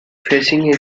facing